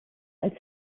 als